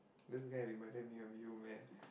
this guy reminded me of you man